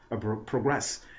progress